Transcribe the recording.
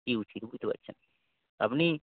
কী বুঝছি বুঝতে তো পারছেন আপনি